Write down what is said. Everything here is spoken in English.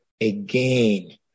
again